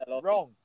Wrong